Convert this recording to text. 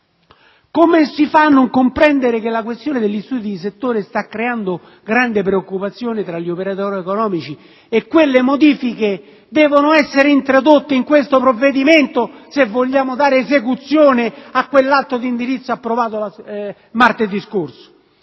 Come si fa a non comprendere che la questione degli studi di settore sta creando grande preoccupazione tra gli operatori economici? Quelle modifiche devono essere introdotte in questo provvedimento se vogliamo dare esecuzione all'atto di indirizzo approvato martedì scorso.